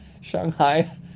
Shanghai